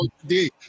today